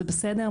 זה בסדר.